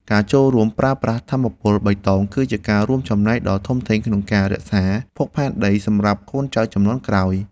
ការចូលរួមប្រើប្រាស់ថាមពលបៃតង គឺជាការរួមចំណែកដ៏ធំធេងក្នុងការរក្សាភពផែនដីសម្រាប់កូនចៅជំនាន់ក្រោយ។